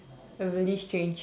a really strange